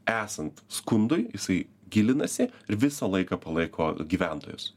esant skundui jisai gilinasi ir visą laiką palaiko gyventojus